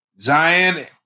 Zion